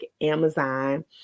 Amazon